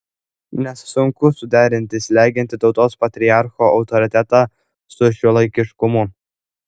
nes sunku suderinti slegiantį tautos patriarcho autoritetą su šiuolaikiškumu